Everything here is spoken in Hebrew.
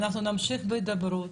אנחנו נמשיך בהדברות,